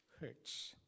hurts